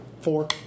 Four